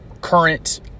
current